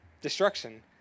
Destruction